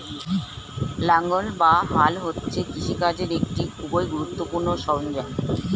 লাঙ্গল বা হাল হচ্ছে কৃষিকার্যের একটি খুবই গুরুত্বপূর্ণ সরঞ্জাম